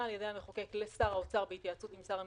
על ידי המחוקק לשר האוצר בהתייעצות עם שר המשפטים,